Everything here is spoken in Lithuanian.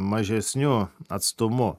mažesniu atstumu